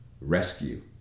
rescue